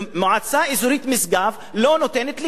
מועצה אזורית משגב לא נותנת לי.